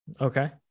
Okay